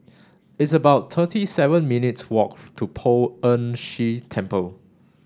it's about thirty seven minutes' walk to Poh Ern Shih Temple